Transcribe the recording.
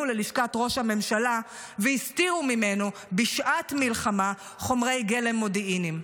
ללשכת ראש הממשלה והסתירו ממנו בשעת מלחמה חומרי גלם מודיעיניים.